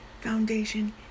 Foundation